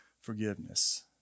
forgiveness